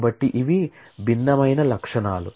కాబట్టి ఇవి భిన్నమైన అట్ట్రిబ్యూట్ లు